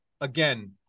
again